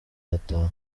arataha